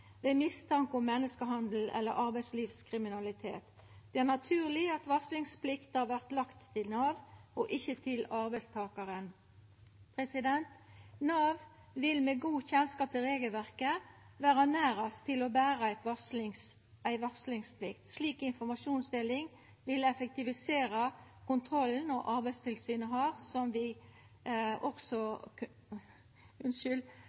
mistanke om menneskehandel eller arbeidslivskriminalitet. Det er naturleg at varslingsplikta vert lagd til Nav, og ikkje til arbeidstakaren. Nav vil med god kjennskap til regelverket vera nærast til å bera ei varslingsplikt. Slik informasjonsdeling vil effektivisera kontrollen, og kontrollen Arbeidstilsynet har, vil også kunna verka førebyggjande. Når det gjeld mogleg straff, vil både arbeidstakarar og også